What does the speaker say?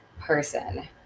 person